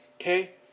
Okay